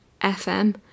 fm